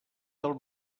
del